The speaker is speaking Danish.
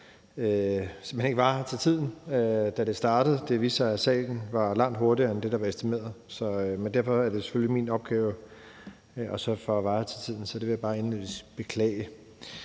at jeg simpelt hen ikke var her til tiden, da det startede. Det viste sig, at salen var langt hurtigere end det, der var estimeret, men derfor er det selvfølgelig alligevel min opgave at sørge for at være her til tiden. Så det vil jeg bare indledningsvis beklage.